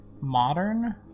modern